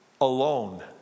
alone